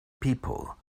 people